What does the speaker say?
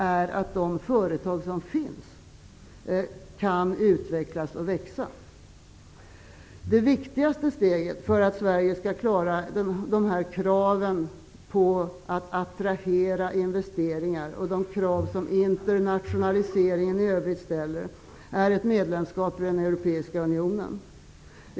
Det måste också genomsyra den ekonomiska politiken Det viktigaste steget för att Sverige skall klara av kraven på att attrahera investeringar och kraven som internationaliseringen i övrigt ställer är ett medlemskap i den europeiska unionen.